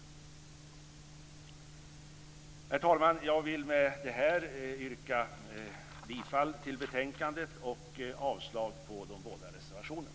Herr talman! Jag vill med det här yrka bifall till hemställan i betänkandet och avslag på de båda reservationerna.